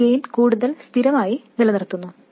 ഇത് ഗെയിൻ കൂടുതൽ സ്ഥിരമായി നിലനിർത്തുന്നു